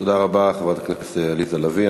תודה רבה, חברת הכנסת עליזה לביא.